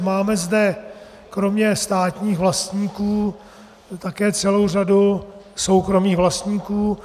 Máme zde kromě státních vlastníků také celou řadu soukromých vlastníků.